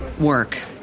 work